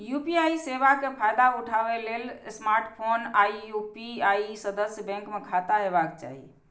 UPI सेवा के फायदा उठबै लेल स्मार्टफोन आ यू.पी.आई सदस्य बैंक मे खाता होबाक चाही